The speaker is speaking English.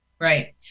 Right